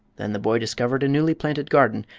then the boy discovered a newly-planted garden,